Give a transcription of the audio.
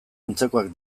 antzekoak